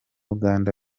uganda